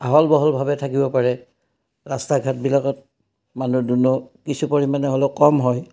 আহল বহলভাৱে থাকিব পাৰে ৰাস্তা ঘাটবিলাকত মানুহ দুনুহ কিছু পৰিমাণে হ'লেও কম হয়